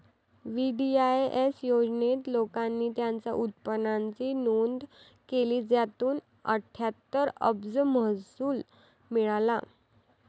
VDIS योजनेत, लोकांनी त्यांच्या उत्पन्नाची नोंद केली, ज्यातून अठ्ठ्याहत्तर अब्ज महसूल मिळाला